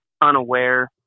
unaware